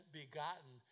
begotten